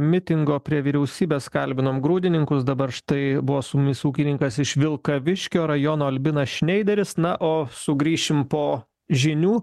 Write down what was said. mitingo prie vyriausybės kalbinom grūdininkus dabar štai buvo su mumis ūkininkas iš vilkaviškio rajono albinas šneideris na o sugrįšim po žinių